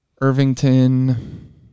Irvington